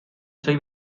soy